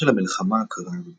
תחילתה של "המלחמה הקרה",